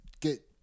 get